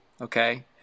Okay